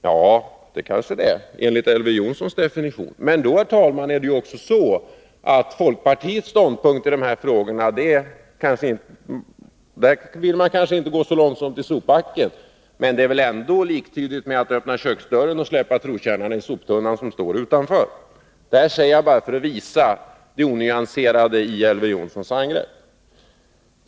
Ja, det må vara så, enligt Elver Jonssons definition. Men i så fallinnebär folkpartiets ståndpunkt i de här frågorna, att man inte går så långt som till sopbacken men att man öppnar köksdörren och släpper trotjänarna i soptunnan som står där utanför. — Det här säger jag bara för att visa det onyanserade i Elver Jonssons angrepp.